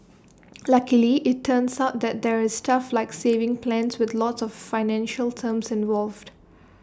luckily IT turns out that there's stuff like savings plans with lots of financial terms involved